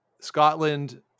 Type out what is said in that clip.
Scotland